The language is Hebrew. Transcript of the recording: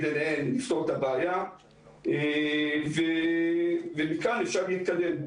עיניהם לפתור את הבעיה ומכאן אפשר להתקדם.